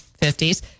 50s